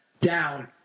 down